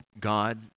God